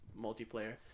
multiplayer